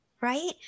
right